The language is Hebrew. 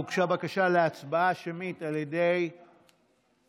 הוגשה בקשה להצבעה שמית על ידי האופוזיציה.